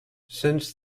since